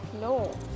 No